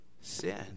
sin